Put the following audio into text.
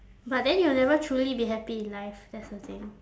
but then you'll never truly be happy in life that's the thing